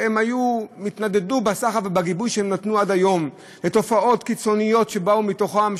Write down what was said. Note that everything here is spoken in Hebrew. שהתנדנדו בגיבוי שהן נתנו עד היום לתופעות קיצוניות שבאו מתוכן,